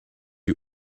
you